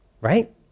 right